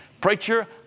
preacher